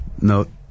note